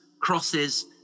crosses